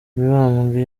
mibambwe